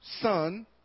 son